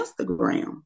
Instagram